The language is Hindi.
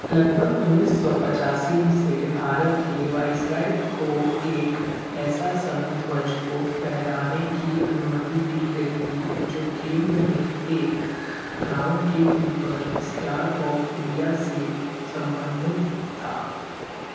लगभग अठारह सौ पिच्यासी से भारत के वाइसरॉय को एक ऐसे संघ ध्वज को फहराने की अनुमति दी गई थी जो केंद्र में एक क्राउन के ऊपर स्टार ऑफ इंडिया से संवर्धित था